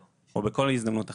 או בכל הזדמנות אחרת.